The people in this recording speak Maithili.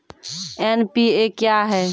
एन.पी.ए क्या हैं?